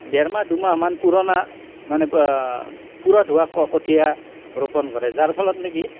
ডেৰমাহ দুমাহমান পুৰণা মানে পুৰঠ হোৱা কঠিয়া ৰোপণ কৰে যাৰ ফলত নেকি